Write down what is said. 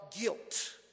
Guilt